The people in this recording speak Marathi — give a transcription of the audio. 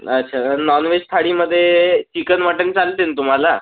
अच्छा नॉन व्हेज थाळीमध्ये चिकन मटण चालते ना तुम्हाला